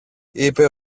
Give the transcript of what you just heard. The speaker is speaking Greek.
είπε